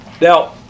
Now